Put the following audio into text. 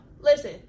listen